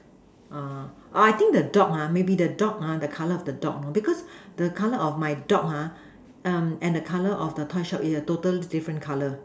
I think the dog maybe the dog the color of the dog you know because the color of my dog and the color of the toy shop it have totally different color